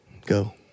go